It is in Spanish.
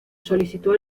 solicitó